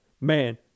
Man